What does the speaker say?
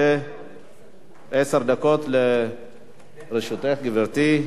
עשר דקות לרשותך, גברתי.